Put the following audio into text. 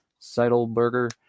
Seidelberger